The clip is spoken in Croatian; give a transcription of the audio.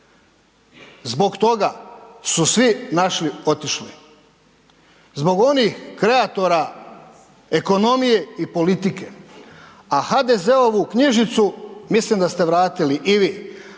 Zbog toga su svi naši otišli, zbog onih kreatora ekonomije i politike, a HDZ-ovu knjižicu mislim da ste vratili i vi.